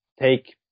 take